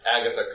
Agatha